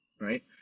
right